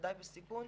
בוודאי בסיכון,